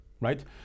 Right